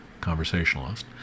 conversationalist